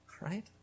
right